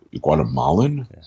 Guatemalan